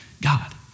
God